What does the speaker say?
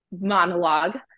monologue